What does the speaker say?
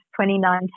2019